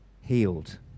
healed